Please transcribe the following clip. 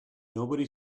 nobody